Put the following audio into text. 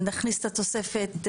נכניס את התוספת,